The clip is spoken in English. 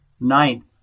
Ninth